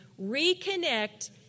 reconnect